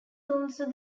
also